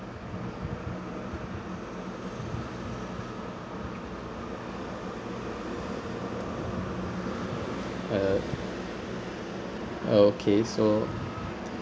uh uh okay so